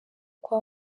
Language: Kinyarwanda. kwa